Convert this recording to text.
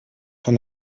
von